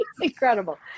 incredible